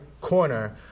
corner